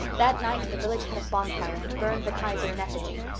that night the village had a bonfire and burned the kaiser in effigy.